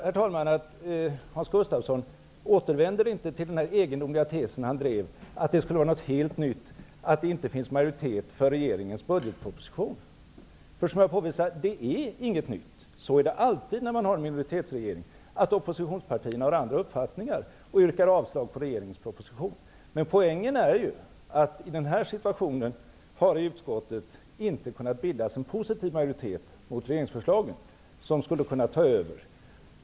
Jag noterar att Hans Gustafsson inte återvände till den egendomliga tes han tidigare drev, nämligen att det skulle vara något helt nytt att det inte finns majoritet för regeringens budgetproposition. Som jag påvisade är det inte något nytt. Så är det alltid när man har en minoritetsregering. Oppositionspartierna har då naturligtvis andra uppfattningar och yrkar avslag på regeringens proposition. Men poängen är ju att det i utskottet i den här situationen inte har kunnat bildas en positiv majoritet mot regeringsförslagen, en majoritet som skulle kunna ta över.